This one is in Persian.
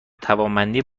توانمندی